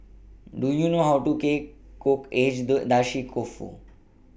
Do YOU know How to Cake Cook